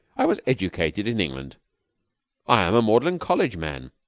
i was educated in england i am a magdalene college man